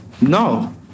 No